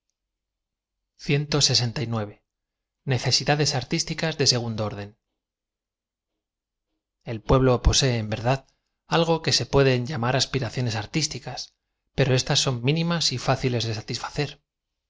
sabor ecesidades artísticas de segundo orden e l pueblo posee en verdad algo que ae pueden lia mar aspiraciones artísticas pero éstas son mínimas y fáciles de satisfacer